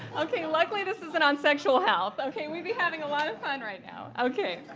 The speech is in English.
okay, luckily this isn't on sexual health, okay? we'd be having a lot of fun right now. okay,